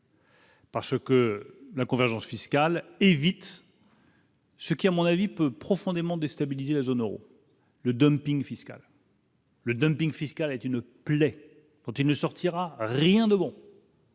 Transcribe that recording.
Parce que la convergence fiscale et vite. Ce qui à mon avis peut profondément déstabilisé la zone Euro, le dumping fiscal. Le dumping fiscal est une plaie dont il ne sortira rien de bon.